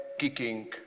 Kicking